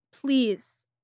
please